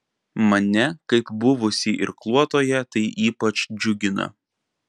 mane kaip buvusį irkluotoją tai ypač džiugina